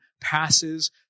passes